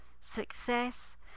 Success